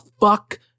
fuck